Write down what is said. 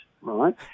right